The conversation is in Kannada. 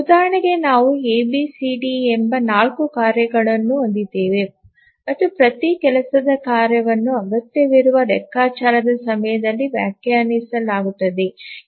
ಉದಾಹರಣೆಗೆ ನಾವು ಎ ಬಿ ಸಿ ಡಿ ಎಂಬ ನಾಲ್ಕು ಕಾರ್ಯಗಳನ್ನು ಹೊಂದಿದ್ದೇವೆ ಮತ್ತು ಪ್ರತಿ ಕೆಲಸದ ಕಾರ್ಯವನ್ನು ಅಗತ್ಯವಿರುವ ಲೆಕ್ಕಾಚಾರದ ಸಮಯದಿಂದ ವ್ಯಾಖ್ಯಾನಿಸಲಾಗುತ್ತದೆ